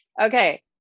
Okay